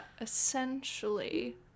essentially